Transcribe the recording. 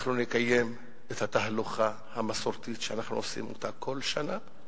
אנחנו נקיים את התהלוכה המסורתית שאנחנו עושים כל שנה.